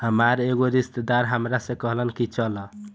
हामार एगो रिस्तेदार हामरा से कहलन की चलऽ